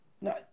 No